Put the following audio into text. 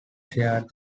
shared